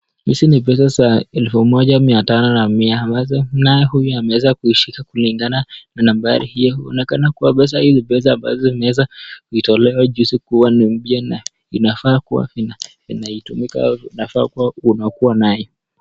Hizi ni pesa za elfu moja mia tano na mia, ambazo naye huyu ameweza kuzishika kulingana na nambari hiyo. Inaonekana kuwa pesa hizi ni pesa ambazo zimeweza kutolewa juzi kuwa ni mpya na inafaa kuwa inatumika au inafaa kuwa unakuwa nayo.